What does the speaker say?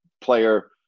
player